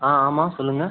ஆ ஆமாம் சொல்லுங்கள்